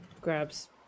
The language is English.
grabs